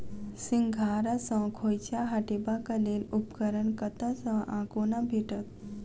सिंघाड़ा सऽ खोइंचा हटेबाक लेल उपकरण कतह सऽ आ कोना भेटत?